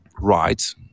right